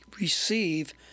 receive